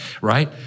right